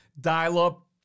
dial-up